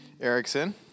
Erickson